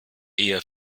eher